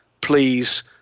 please